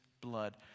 blood